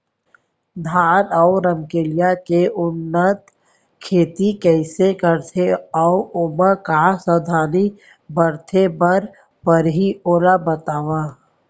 धान अऊ रमकेरिया के उन्नत खेती कइसे करथे अऊ ओमा का का सावधानी बरते बर परहि ओला बतावव?